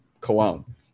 cologne